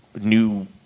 new